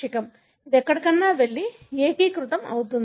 ఇది ఎక్కడికైనా వెళ్లి ఏకీకృతం అవుతుంది